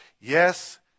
Yes